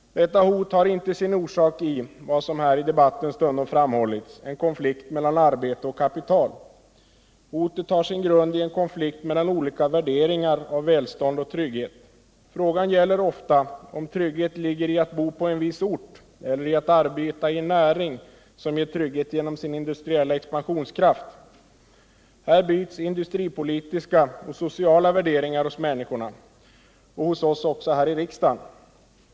Detta hot har inte sin orsak i det som man här under debatten stundom pekat på: en konflikt mellan arbete och kapital. Hotet har sin grund i en konflikt mellan olika värderingar av välstånd och trygghet. Frågan gäller ofta om trygghet ligger i att bo på en viss ort eller i att arbeta i en näring som ger trygghet genom sin industriella expansionskraft. Här bryts industripolitiska och socialpolitiska värderingar hos människorna, och också hos oss här i kammaren.